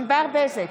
ענבר בזק,